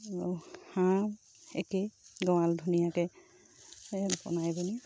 আৰু হাঁহ একেই গঁৰাল ধুনীয়াকৈ বনাই পেনি